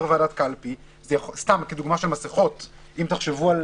ועדת קלפי זו דוגמה למסכות ותחשבו על